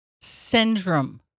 syndrome